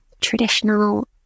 traditional